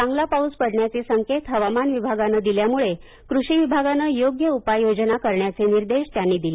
चांगला पाऊस पडण्याचे संकेत हवामान विभागानं दिल्यामुळे कृषी विभागानं योग्य ऊपाययोजना करण्याचे निदेश त्यांनी दिले